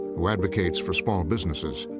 who advocates for small businesses.